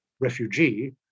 refugee